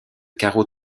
carreaux